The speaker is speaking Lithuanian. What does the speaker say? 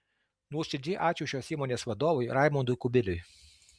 nuoširdžiai ačiū šios įmonės vadovui raimundui kubiliui